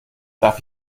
darf